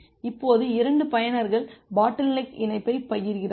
இப்போது 2 பயனர்கள் பாட்டில்நெக் இணைப்பைப் பகிர்கிறார்கள்